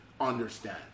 understand